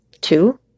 Two